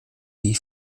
wie